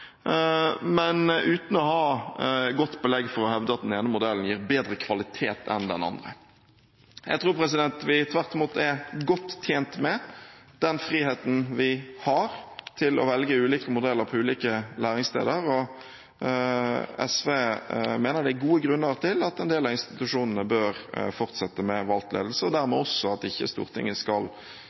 men uten å ha godt belegg for å hevde at den ene modellen gir bedre kvalitet enn den andre. Jeg tror vi tvert imot er godt tjent med den friheten vi har til å velge ulike modeller på ulike læresteder. SV mener det er gode grunner til at en del av institusjonene bør fortsette med valgt ledelse, og dermed også at Stortinget ikke